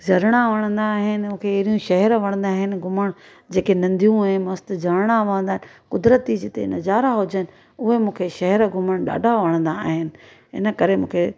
झरणा वणंदा आहिनि मूंखे अहिड़ियूं शहर वणंदा आहिनि घुमण जेके नंदियूं ऐं मस्त झरणा वहंदा आहिनि कुदरती जिते नज़ारा हुजनि उहे मूंखे शहर घुमणु ॾाढा वणंदा आहिनि इन करे मूंखे